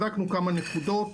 בדקנו כמה נקודות.